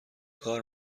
کار